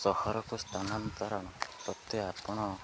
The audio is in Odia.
ସହରକୁ ସ୍ଥାନାନ୍ତରଣ ସତ୍ତ୍ୱେ ଆପଣ